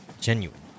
genuine